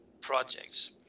projects